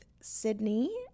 Sydney